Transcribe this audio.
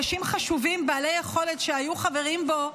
אנשים חשובים בעלי יכולת שהיו חברים בו,